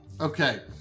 Okay